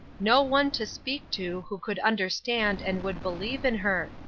no one to speak to who could understand and would believe in her,